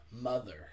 Mother